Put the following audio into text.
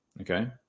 Okay